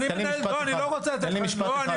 לא, אני לא רוצה לתת לך.